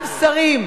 גם שרים,